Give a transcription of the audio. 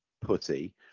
putty